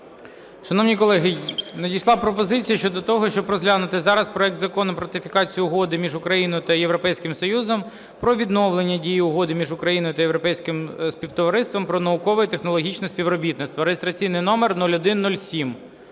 Шановні колеги, надійшла пропозиція щодо того, щоб розглянути зараз проект Закону про ратифікацію Угоди між Україною та Європейським Союзом про відновлення дії Угоди між Україною та Європейським Співтовариством про наукове і технологічне співробітництво (реєстраційний номер 0107).